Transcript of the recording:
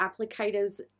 applicators